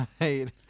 Right